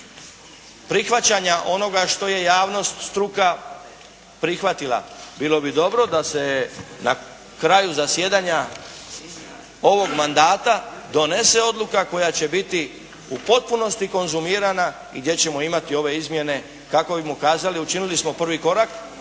prihvaćanja onoga što je javnost, struka prihvatila. Bilo bi dobro da se na kraju zasjedanja ovog mandata donese odluka koja će biti u potpunosti konzumirana i gdje ćemo imati ove izmjene kako bi ukazali učinili smo prvi korak,